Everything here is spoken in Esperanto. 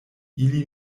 ili